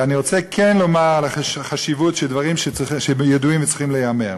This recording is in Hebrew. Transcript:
אני רוצה כן לומר על החשיבות של דברים שידועים וצריכים להיאמר: